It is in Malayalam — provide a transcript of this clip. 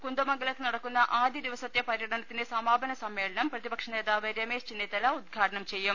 കുന്ദമംഗലത്ത് നടക്കുന്ന ആദ്യ ദിവസത്തെ പര്യടനത്തിന്റെ സമാപന സമ്മേളനം പ്രതിപക്ഷ നേതാവ് രമേശ് ചെന്നിത്തല ഉദ്ഘാടനം ചെയ്യും